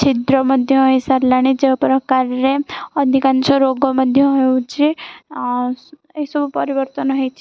ଛିଦ୍ର ମଧ୍ୟ ହେଇସାରିଲାଣି ଯେଉଁ ପ୍ରକାରରେ ଅଧିକାଂଶ ରୋଗ ମଧ୍ୟ ହେଉଛି ଏସବୁ ପରିବର୍ତ୍ତନ ହେଇଛି